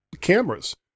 cameras